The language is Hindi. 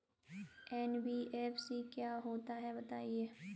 एन.बी.एफ.सी क्या होता है बताएँ?